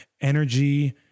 energy